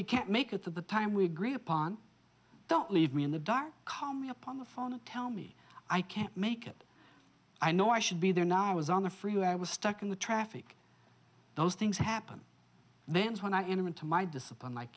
you can't make it to the time we agree upon don't leave me in the dark coming up on the phone and tell me i can make it i know i should be there now i was on the freeway i was stuck in the traffic those things happen then when i enter into my discipline like